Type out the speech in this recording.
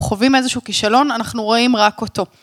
חווים איזשהו כישלון, אנחנו רואים רק אותו.